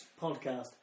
podcast